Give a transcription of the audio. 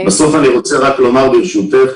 אני רק רוצה לומר ברשותך,